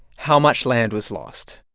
how much land was lost?